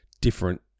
different